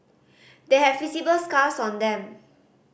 they have visible scars on them